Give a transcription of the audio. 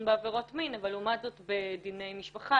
בעבירות מין אבל לעומת זאת בדיני משפחה,